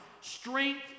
Strength